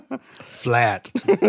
Flat